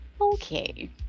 Okay